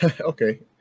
Okay